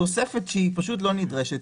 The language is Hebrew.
תוספת שפשוט לא נדרשת.